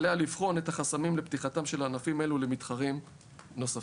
עליה לבחון את החסמים לפתיחתם של הענפים האלו למתחרים נוספים.